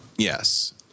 Yes